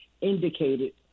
indicated